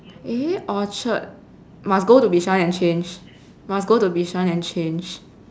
eh orchard must go to bishan and change must go to bishan and change